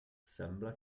sembla